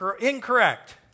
incorrect